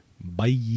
Bye